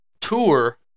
tour